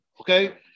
okay